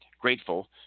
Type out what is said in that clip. grateful